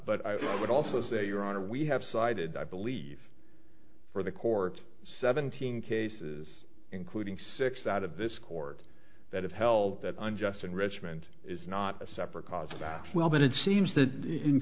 but i would also say your honor we have cited i believe for the court seventeen cases including six out of this court that have held that i'm just enrichment is not a separate cause well but it seems that in